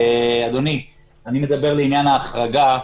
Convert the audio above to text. אדוני, אני מדבר לעניין ההחרגה,